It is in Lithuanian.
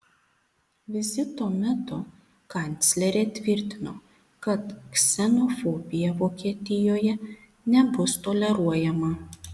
vizito metu kanclerė tvirtino kad ksenofobija vokietijoje nebus toleruojama